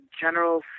general